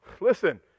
listen